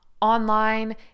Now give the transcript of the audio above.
online